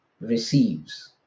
receives